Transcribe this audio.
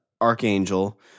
Archangel